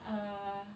uh